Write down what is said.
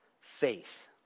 faith